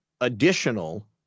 additional